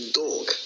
dog